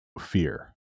fear